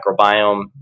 microbiome